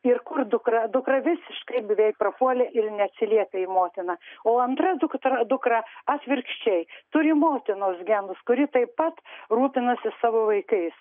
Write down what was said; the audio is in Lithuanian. ir kur dukra dukra visiškai beveik prapuolė ir neatsiliepia į motiną o antra dukra dukra atvirkščiai turi motinos genus kuri taip pat rūpinasi savo vaikais